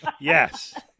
yes